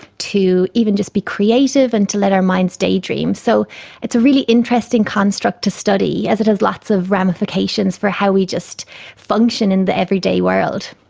to even just be creative and to let our minds daydream. so it's a really interesting construct to study as it has lots of ramifications for how we just function in the everyday world.